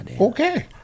okay